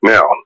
Now